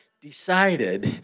decided